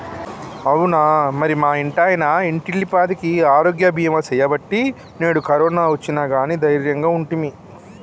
అవునా మరి మా ఇంటాయన ఇంటిల్లిపాదికి ఆరోగ్య బీమా సేయబట్టి నేడు కరోనా ఒచ్చిన గానీ దైర్యంగా ఉంటిమి